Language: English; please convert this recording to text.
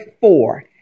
four